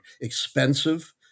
expensive